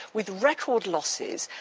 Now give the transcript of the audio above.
with record losses,